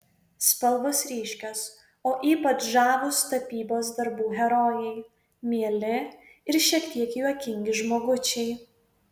spalvos ryškios o ypač žavūs tapybos darbų herojai mieli ir šiek tiek juokingi žmogučiai